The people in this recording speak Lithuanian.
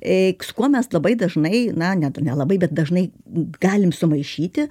ė su kuo mes labai dažnai na net nelabai bet dažnai galim sumaišyti